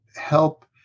help